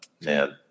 man